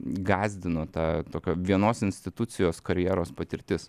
gąsdino ta tokio vienos institucijos karjeros patirtis